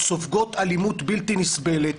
סופגות אלימות בלתי נסבלת.